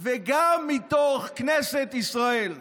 וגם מתוך כנסת ישראל,